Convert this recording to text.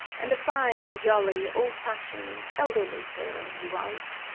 and a fine, jolly, old-fashioned, elderly sailor he was.